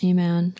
Amen